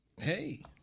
Hey